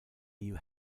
you